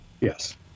Yes